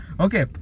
Okay